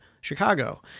Chicago